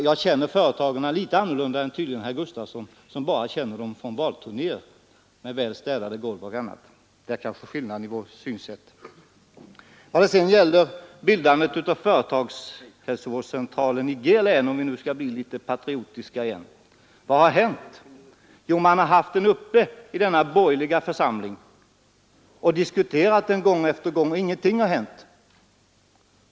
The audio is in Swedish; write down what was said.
Jag känner företagen litet annorlunda än tydligen herr Gustavsson, som bara känner dem från valturnéer, med väl städade golv osv. Därav kanske skillnaden i våra synsätt. Vad har hänt när det gäller inrättandet av företagshälsovårdscentralen i G-län — om vi nu skall bli litet lokalpatriotiska igen? Man har haft frågan uppe i den borgerliga församling som landstinget utgör och diskuterat den gång efter annan, och ingenting har hänt.